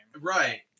Right